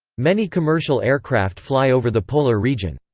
many commercial aircraft fly over the polar region.